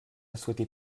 souhaitais